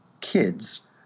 kids